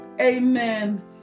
amen